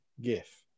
gif